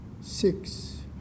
six